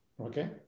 Okay